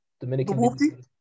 Dominican